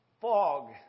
fog